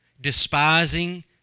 despising